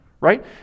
right